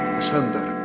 asunder